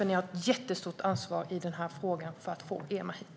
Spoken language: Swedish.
Ni har ett jättestort ansvar för att få EMA hit.